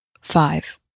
five